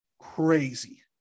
crazy